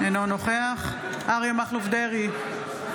אינו נוכח אריה מכלוף דרעי,